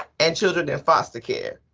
and children in foster care.